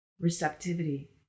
receptivity